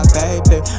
baby